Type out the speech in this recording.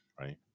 right